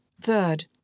Third